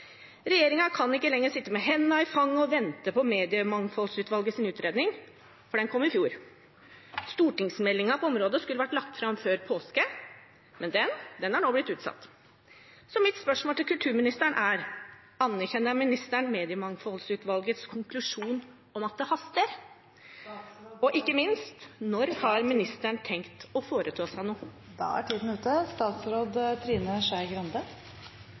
kan ikke lenger sitte med hendene i fanget og vente på mediemangfoldsutvalgets utredning, for den kom i fjor. Stortingsmeldingen på området skulle vært lagt fram før påske, men den er nå blitt utsatt. Så mitt spørsmål til kulturministeren er: Anerkjenner ministeren mediemangfoldsutvalgets konklusjon om at det haster? Og ikke minst: Når har ministeren tenkt å foreta seg